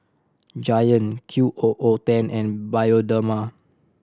Giant Q O O ten and Bioderma